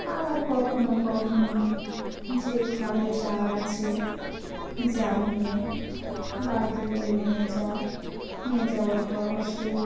আবার কখনো কখনো যে ঘরে জাল আছে জাল নিয়ে বালতি করে নিয়ে যায় নিয়ে যাওয়ার পর সেই